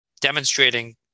demonstrating